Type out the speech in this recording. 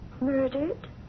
murdered